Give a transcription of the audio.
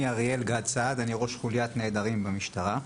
אני ראש חוליית נעדרים במשטרה.